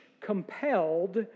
compelled